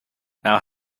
now